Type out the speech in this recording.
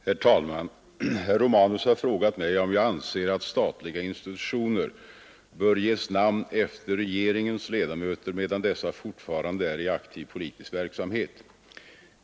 Herr talman! Herr Romanus har frågat mig om jag anser att statliga institutioner bör ges namn efter regeringens ledamöter medan dessa fortfarande är i aktiv politisk verksamhet.